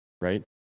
right